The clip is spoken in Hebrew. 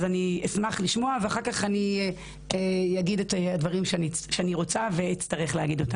אני אשמח לשמוע ואחר כך אני אגיד את הדברים שאני רוצה ואצטרך להגיד.